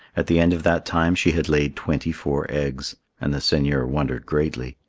at the end of that time she had laid twenty-four eggs, and the seigneur wondered greatly.